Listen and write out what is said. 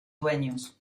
dueños